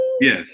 Yes